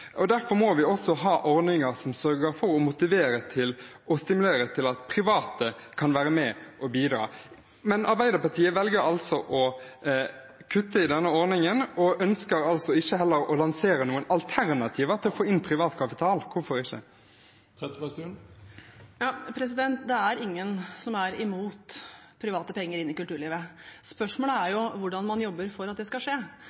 økonomi. Derfor må vi ha ordninger som sørger for å motivere og stimulere til at private kan være med og bidra. Men Arbeiderpartiet velger altså å kutte i denne ordningen og ønsker heller ikke å lansere noen alternativer til å få inn privat kapital. Hvorfor ikke? Det er ingen som er imot å få private penger inn i kulturlivet. Spørsmålet er hvordan man jobber for at det skal skje.